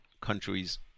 countries